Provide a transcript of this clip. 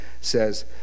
says